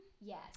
Yes